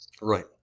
Right